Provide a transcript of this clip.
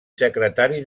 secretari